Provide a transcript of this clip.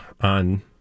on